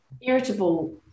irritable